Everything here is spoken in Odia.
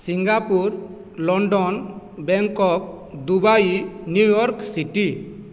Singapore London Bangkok Dubai New York city